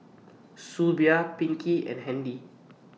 Eusebio Pinkie and Handy